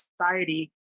society